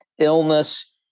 illness